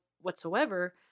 whatsoever